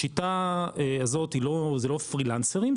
השיטה הזאת זה לא פרילנסרים,